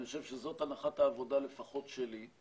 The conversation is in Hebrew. זאת הנחת העבודה לפחות שלי.